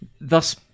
thus